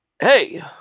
hey